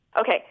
Okay